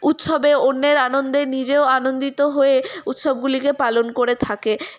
উৎসবে অন্যের আনন্দে নিজেও আনন্দিত হয়ে উৎসবগুলিকে পালন করে থাকে